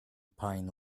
pine